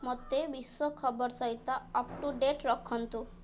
ମୋତେ ବିଶ୍ୱ ଖବର ସହିତ ଅପ୍ଟୁଡ଼େଟ୍ ରଖନ୍ତୁ